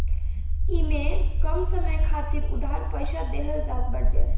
इमे कम समय खातिर उधार पईसा देहल जात बाटे